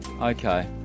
Okay